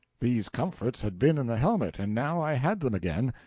these comforts had been in the helmet, and now i had them again,